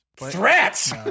Threats